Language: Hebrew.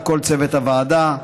ולכל צוות הוועדה.